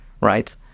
right